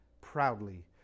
proudly